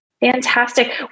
Fantastic